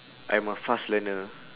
I'm a fast learner